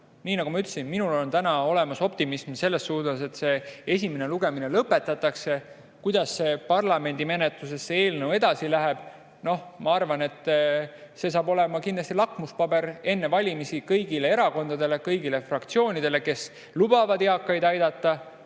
nagu ma ütlesin, minul on täna olemas optimism selle suhtes, et eelnõu esimene lugemine lõpetatakse. Kuidas parlamendi menetluses see eelnõu edasi läheb? No see on kindlasti lakmuspaber enne valimisi kõigile erakondadele, kõigile fraktsioonidele, kes lubavad eakaid aidata,